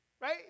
right